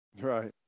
Right